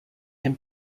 him